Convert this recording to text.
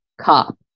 cop